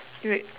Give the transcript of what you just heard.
okay wait